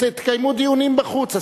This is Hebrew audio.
תקיימו דיונים בחוץ.